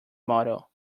motel